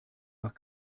nach